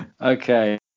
Okay